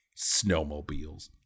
Snowmobiles